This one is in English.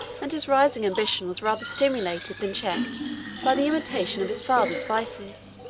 and his rising ambition was rather stimulated than checked by the imitation of his father's vices.